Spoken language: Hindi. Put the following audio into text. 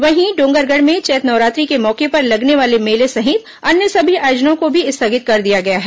वहीं डोंगरगढ़ में चैत्र नवरात्रि के मौके पर लगने वाले मेले सहित अन्य सभी आयोजनों को भी स्थगित कर दिया गया है